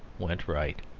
went right.